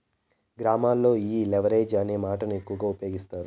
గ్రామాల్లో ఈ లెవరేజ్ అనే మాటను ఎక్కువ ఉపయోగిస్తారు